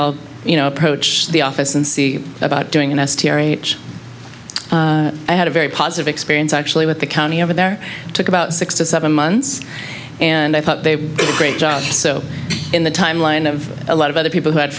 i'll you know approach the office and see about doing an s terry i had a very positive experience actually with the county over there took about six to seven months and i thought they break so in the timeline of a lot of other people who had